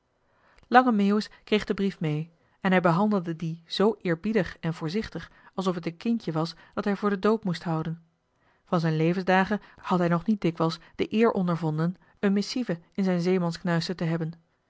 lange meeuwis kreeg den brief mee en hij behandelde dien zoo eerbiedig en voorzichtig alsof t een kindje was dat hij voor den doop moest houden van z'n levensdagen had hij nog niet dikwijls de eer ondervonden een missive in zijn zeemansknuisten te hebben